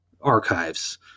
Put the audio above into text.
archives